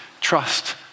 trust